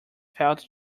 felt